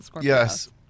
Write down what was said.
yes